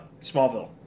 Smallville